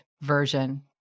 version